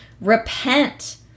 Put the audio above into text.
repent